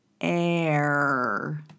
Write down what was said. Air